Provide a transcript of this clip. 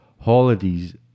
holidays